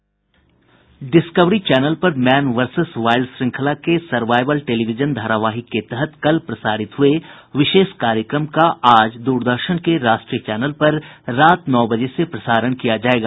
discovery Channel पर man versus wild श्रृंखला के सर्वाइवल टेलीविजन धारावाहिक के तहत कल प्रसारित हुए विशेष कार्यक्रम का आज दूरदर्शन के राष्ट्रीय चैनल पर रात नौ बजे से प्रसारण किया जायेगा